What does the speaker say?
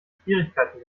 schwierigkeiten